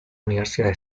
universidad